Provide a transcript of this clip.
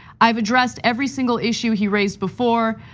i've addressed every single issue he raised before.